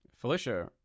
Felicia